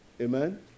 Amen